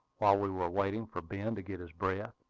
while we were waiting for ben to get his breath,